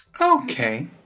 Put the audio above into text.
Okay